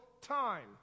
time